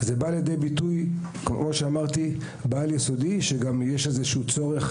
זה בא לידי ביטוי בבתי הספר העל-יסודיים שיש שם צורך,